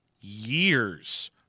years